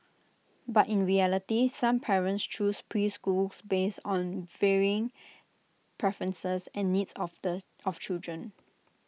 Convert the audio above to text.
but in reality some parents choose preschools based on varying preferences and needs of the of children